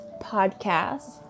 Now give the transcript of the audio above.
podcast